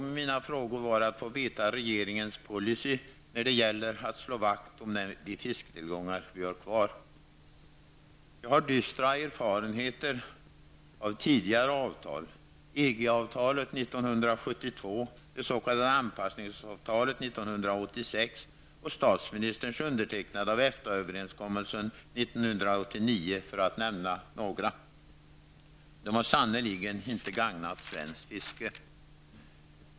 Med mina frågor avsåg jag att få veta regeringens policy när det gäller att slå vakt om de fisketillgångar vi har kvar. Jag har dystra erfarenheter av tidigare avtal. Det gäller EG överenskommelsen 1989 för att nämna några exempel. De har sannerligen inte gagnat svenskt fiske.